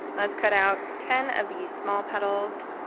let's cut out ten of these small petals